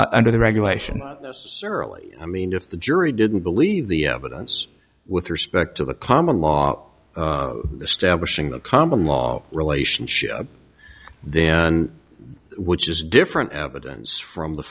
n under the regulation early i mean if the jury didn't believe the evidence with respect to the common law establishing the common law relationship then which is different evidence from the